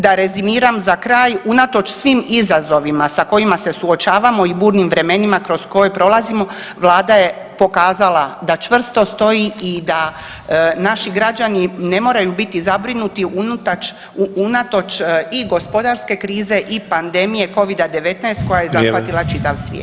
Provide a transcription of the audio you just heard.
Da rezimiram za kraj, unatoč svim izazovima sa kojima se suočavamo i burnim vremenima kroz koje prolazimo vlada je pokazala da čvrsto stoji i da naši građani ne moraju biti zabrinuti unatoč i gospodarske krize i pandemije Covid-19 koja je zahvatila čitav svijet